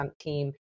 team